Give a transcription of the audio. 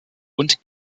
und